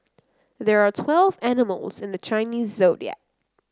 there are twelve animals in the Chinese Zodiac